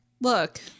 Look